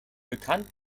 bekannt